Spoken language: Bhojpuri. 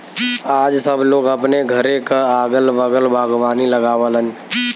आज सब लोग अपने घरे क अगल बगल बागवानी लगावलन